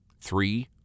three